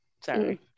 Sorry